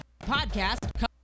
podcast